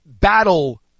battle